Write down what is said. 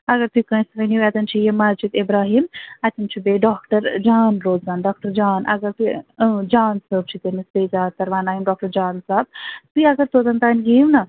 اگر تُہۍ کٲنٛٮسہِ ؤنِو اتٮ۪ن چھِ یہِ مسجِد اِبراہیم اتٮ۪ن چھُ بیٚیہِ ڈاکٹر جان روزان ڈاکٹر جان اگر تُہۍ جان صٲب چھُ تٔمِس بیٚیہِ زیادٕ تر ونان ڈاکٹر جان صاحب تُہۍ اگر توٚتن تانۍ ییِو نا